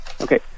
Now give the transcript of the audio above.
Okay